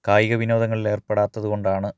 കായിക വിനോദങ്ങളിലേർപ്പെടാത്തത് കൊണ്ടാണ്